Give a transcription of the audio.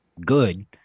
good